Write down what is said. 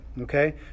okay